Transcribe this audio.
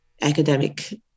academic